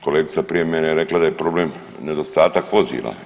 Kolegica prije mene je rekla da je problem nedostatak vozila.